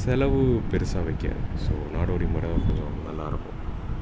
செலவு பெருசாக வைக்காது ஸோ நாடோடி முறை கொஞ்சம் நல்லா இருக்கும்